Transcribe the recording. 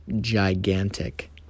gigantic